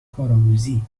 کارآموزی